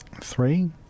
Three